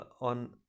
on